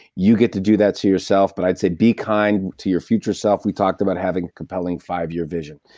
you get to do that to yourself but i'd say be kind to your future self. we talked about having compelling five year vision.